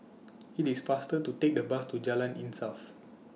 IT IS faster to Take The Bus to Jalan Insaf